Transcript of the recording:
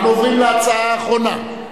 אנחנו עוברים להצעה אחרונה,